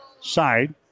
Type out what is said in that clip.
side